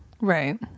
right